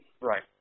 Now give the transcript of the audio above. Right